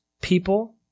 People